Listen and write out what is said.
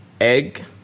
egg